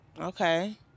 okay